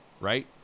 right